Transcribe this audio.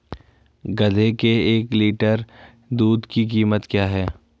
गधे के एक लीटर दूध की कीमत क्या है?